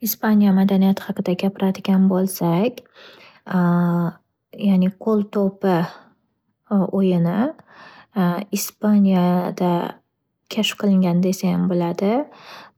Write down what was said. Ispaniya madaniyati haqida gapiradigan bo’lsak, ya'ni qol to'pi o'yini ispaniyada kashf qilingan desayam bo'ladi.